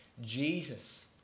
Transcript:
Jesus